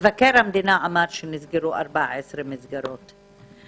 מבקר המדינה כתב שנסגרו 14 מסגרות.